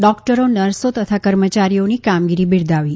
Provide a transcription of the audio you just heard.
ડોકટરો નર્સો તથા કર્મચારીઓની કામગીરી બીરદાવી